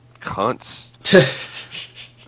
Cunts